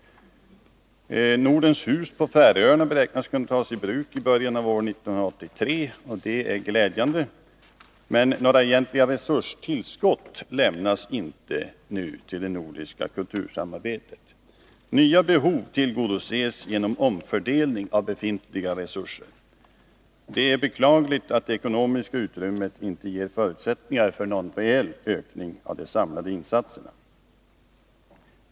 Nordens hus på Färöarna beräknas kunna tas i bruk i början av år 1983. Det är glädjande. Men några egentliga resurstillskott lämnas inte till det nordiska kultursamarbetet. Nya behov tillgodoses genom omfördelning av befintliga resurser. Det är beklagligt att det ekonomiska utrymmet inte ger förutsättningar för någon reell ökning av de samlade insatserna.